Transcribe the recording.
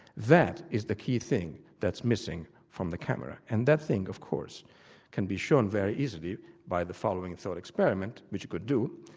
that is the key thing that's missing from the camera, and that thing of course can be shown very easily by the following thought experiment which you could do.